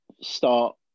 start